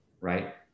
Right